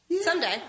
someday